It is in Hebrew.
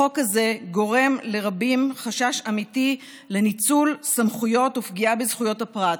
החוק הזה גורם לרבים חשש אמיתי לניצול סמכויות ופגיעה בזכויות הפרט.